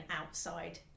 outside